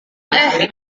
teh